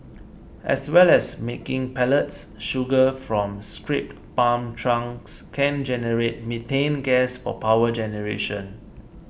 as well as making pellets sugar from scrapped palm trunks can generate methane gas for power generation